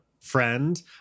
friend